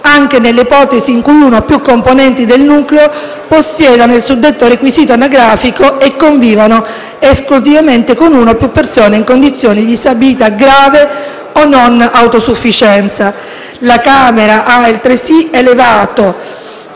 anche nell'ipotesi in cui uno o più componenti del nucleo possiedano il suddetto requisito anagrafico e convivano esclusivamente con una o più persone in condizione di disabilità grave o di non autosufficienza. La Camera ha altresì elevato